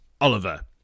Oliver